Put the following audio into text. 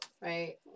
right